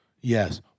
Yes